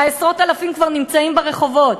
עשרות האלפים כבר נמצאים ברחובות.